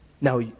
Now